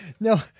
no